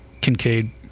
Kincaid